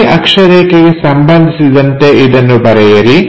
XY ಅಕ್ಷರೇಖೆಗೆ ಸಂಬಂಧಿಸಿದಂತೆ ಇದನ್ನು ಬರೆಯಿರಿ